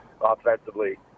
offensively